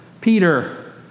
Peter